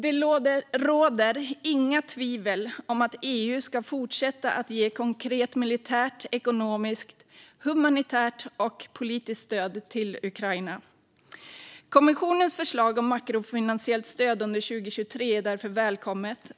Det råder inga tvivel om att EU ska fortsätta ge konkret militärt, ekonomiskt, humanitärt och politiskt stöd till Ukraina. Kommissionens förslag om makrofinansiellt stöd under 2023 är därför välkommet.